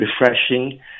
refreshing